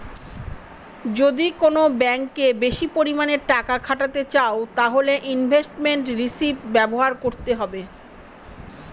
যদি কোন ব্যাঙ্কে বেশি পরিমানে টাকা খাটাতে চাও তাহলে ইনভেস্টমেন্ট রিষিভ ব্যবহার করতে হবে